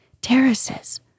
terraces